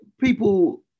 people